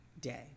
day